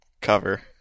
cover